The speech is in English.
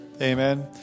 Amen